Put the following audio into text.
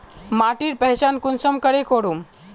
माटिर पहचान कुंसम करे करूम?